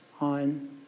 on